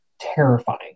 terrifying